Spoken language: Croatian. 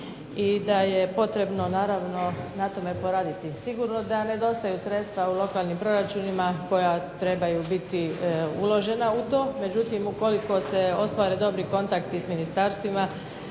i da je potrebno naravno na tome poraditi. Sigurno da nedostaju sredstva u lokalnim proračunima koja trebaju biti uložena u to. Međutim, ukoliko se ostvare dobri kontakti sa ministarstvima